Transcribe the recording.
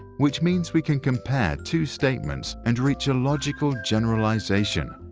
which means we can compare two statements and reach a logical generalization.